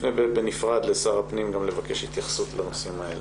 אפנה בנפרד לשר הפנים לבקש התייחסות לנושאים האלה.